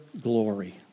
glory